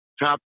top